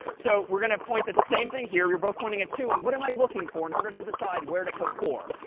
so we're going to point at the same thing here. you're both pointing at two. and what am i looking for in order to decide where to put four?